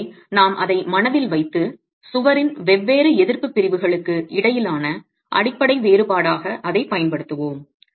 எனவே நாம் அதை மனதில் வைத்து சுவரின் வெவ்வேறு எதிர்ப்பு பிரிவுகளுக்கு இடையிலான அடிப்படை வேறுபாடாக அதைப் பயன்படுத்துவோம்